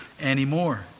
anymore